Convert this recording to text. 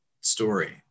story